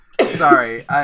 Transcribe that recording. Sorry